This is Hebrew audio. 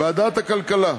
ועדת הכלכלה: